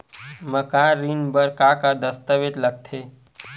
मकान ऋण बर का का दस्तावेज लगथे?